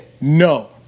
no